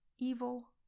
Evil